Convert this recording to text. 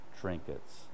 trinkets